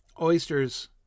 Oysters